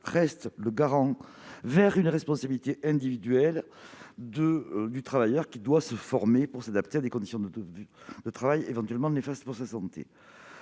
collective vers une responsabilité individuelle du travailleur, celui-ci étant censé se former pour s'adapter à des conditions de travail éventuellement néfastes pour sa santé.